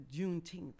Juneteenth